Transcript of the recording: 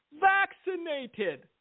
Vaccinated